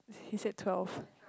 he said twelve